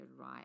right